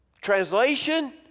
Translation